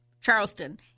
Charleston